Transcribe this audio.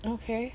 okay